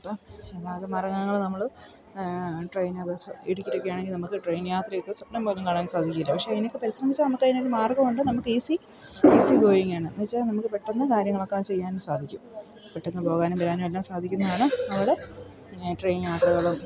അപ്പം അതാത് മർഗ്ഗങ്ങൾ നമ്മൾ ട്രെയ്നോ ബസ്സോ ഇടുക്കിക്കൊക്കെയാണെങ്കിൽ നമുക്ക് ട്രെയിൻ യാത്രയൊക്കെ സ്വപ്നം പോലും കാണാൻ സാധിക്കില്ല പക്ഷേ അതിനൊക്കെ പരിശ്രമിച്ചാൽ നമുക്കതിനൊരു മാർഗ്ഗമുണ്ട് നമുക്ക് ഈസി ഈസി ഗോയിങ്ങാണ് എന്നു വെച്ചാൽ നമുക്ക് പെട്ടെന്ന് കാര്യങ്ങളൊക്കെ ചെയ്യാനും സാധിക്കും പെട്ടെന്ന് പോകാനും വരാനുമെല്ലാം സാധിക്കുന്നതാണ് നമ്മൾ പിന്നെ ട്രെയിൻ യാത്രകളും